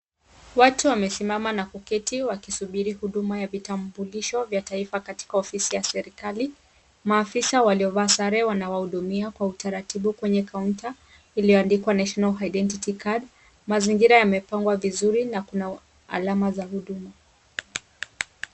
Watu wamesimama na kuketi wakisubiri huduma ya vitambulisho vya taifa katika ofisi ya serikali. Maafisa waliovaa sare wana wahudumia kwa taratibu kwenye kaunta iliyoandikwa national identity card. Mazingira yamepangwa vizuri na kuna alama za huduma.